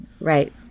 right